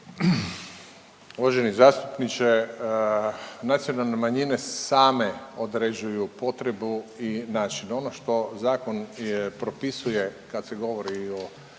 Uvaženi zastupniče, nacionalne manjine same određuju potrebu i način. Ono što zakon propisuje kad se govori o